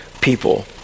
people